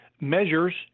measures